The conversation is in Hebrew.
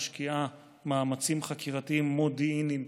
משקיעה מאמצים חקירתיים מודיעיניים,